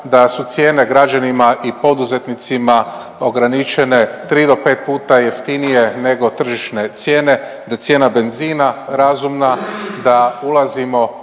da su cijene građanima i poduzetnicima ograničene tri do pet puta jeftinije nego tržišne cijene, da je cijena benzina razumna, da ulazimo